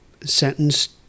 sentenced